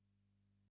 Дякую,